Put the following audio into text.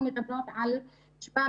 אנחנו מדברות על 700